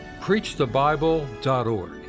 PreachTheBible.org